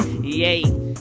yay